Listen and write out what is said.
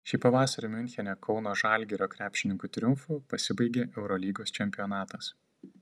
šį pavasarį miunchene kauno žalgirio krepšininkų triumfu pasibaigė eurolygos čempionatas